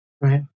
Right